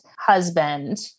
Husband